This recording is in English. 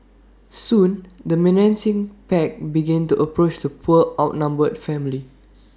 soon the menacing pack began to approach the poor outnumbered family